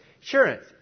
Insurance